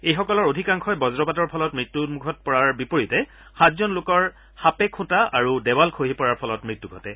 এইসকলৰ অধিকাংশই বজ্ৰপাতৰ ফলত মৃত্যুমুখত পৰাৰ বিপৰীতে সাতজন লোকৰ সাপে খেঁটা আৰু দেৱাল খহি পৰাৰ ফলত মৃত্যু ঘটে